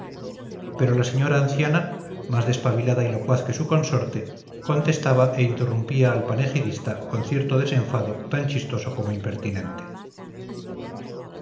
pero la señora anciana más despabilada y locuaz que su consorte contestaba e interrumpía al panegirista con cierto desenfado tan chistoso como impertinente